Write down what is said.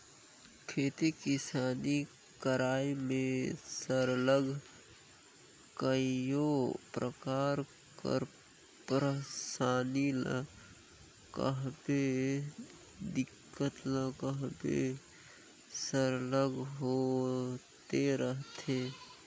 खेती किसानी करई में सरलग कइयो परकार कर पइरसानी ल कहबे दिक्कत ल कहबे सरलग होते रहथे